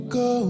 go